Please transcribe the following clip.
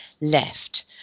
left